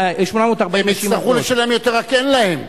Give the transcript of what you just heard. הן יצטרכו לשלם יותר, רק אין להן.